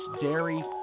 dairy